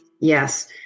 Yes